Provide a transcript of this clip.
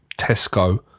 Tesco